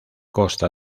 costa